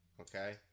Okay